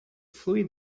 fluid